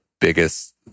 biggest